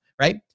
Right